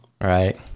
Right